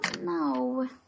no